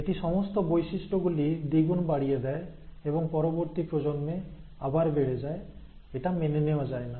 এটি সমস্ত বৈশিষ্ট্য গুলি দ্বিগুণ বাড়িয়ে দেয় এবং পরবর্তী প্রজন্মে আবার বেড়ে যায় এটা মেনে নেওয়া যায় না